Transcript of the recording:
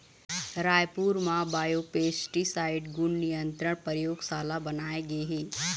रायपुर म बायोपेस्टिसाइड गुन नियंत्रन परयोगसाला बनाए गे हे